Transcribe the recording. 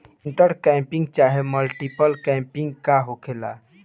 Inter cropping चाहे multiple cropping का होखेला?